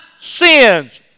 sins